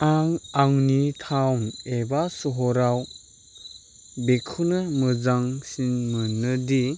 आं आंनि थाउन एबा सहराव बेखौनो मोजांसिन मोनोदि